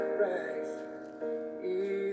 rise